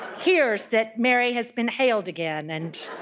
hears that mary has been hailed again and,